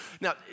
Now